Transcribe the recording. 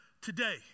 today